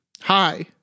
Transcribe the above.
Hi